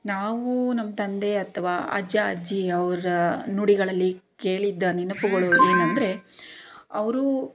ನಾವೂ ನಮ್ಮ ತಂದೆ ಅಥವಾ ಅಜ್ಜ ಅಜ್ಜಿ ಅವರ ನುಡಿಗಳಲ್ಲಿ ಕೇಳಿದ್ದ ನೆನಪುಗಳು ಏನೆಂದ್ರೆ ಅವರೂ